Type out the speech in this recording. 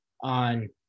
on